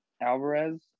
Alvarez